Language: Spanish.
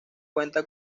cuenta